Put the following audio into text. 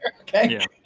okay